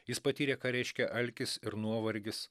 jis patyrė ką reiškia alkis ir nuovargis